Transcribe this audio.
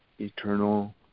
Eternal